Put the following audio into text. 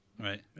right